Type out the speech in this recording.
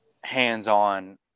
hands-on